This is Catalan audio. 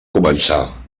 començar